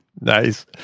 Nice